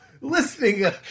Listening